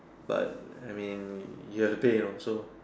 but I mean you have to pay you know so